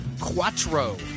Quattro